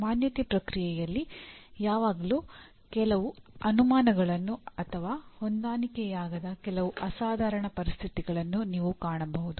ಮಾನ್ಯತೆ ಪ್ರಕ್ರಿಯೆಯಲ್ಲಿ ಯಾವಾಗಲೂ ಕೆಲವು ಅನುಮಾನಗಳನ್ನು ಅಥವಾ ಹೊಂದಿಕೆಯಾಗದ ಕೆಲವು ಅಸಾಧಾರಣ ಪರಿಸ್ಥಿತಿಗಳನ್ನು ನೀವು ಕಾಣಬಹುದು